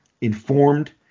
informed